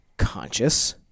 Conscious